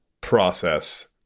process